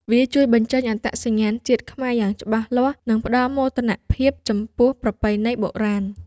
វាជួយបញ្ចេញអត្តសញ្ញាណជាតិខ្មែរយ៉ាងច្បាស់លាស់ និងផ្ដល់មោទនភាពចំពោះប្រពៃណីបុរាណ។